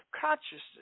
consciousness